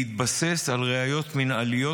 בהתבסס על ראיות מינהליות,